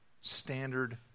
standard